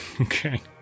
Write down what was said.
Okay